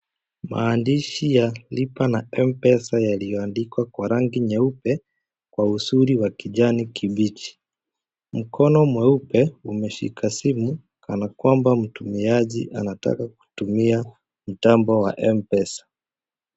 Maandishi ya lipa na M-Pesa yaliyoandikwa kwa rangi nyeupe, kwa usuri wa kijani kibichi. Mkona mweupe umeshika simu, kana kwamba mtumiaji anataka kutumia mtambo wa M-Pesa.